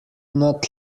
not